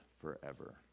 forever